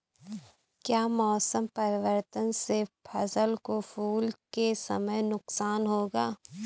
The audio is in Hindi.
क्या मौसम परिवर्तन से फसल को फूल के समय नुकसान होगा?